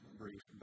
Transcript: brief